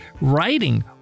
writing